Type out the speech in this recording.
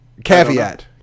Caveat